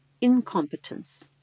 incompetence